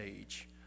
age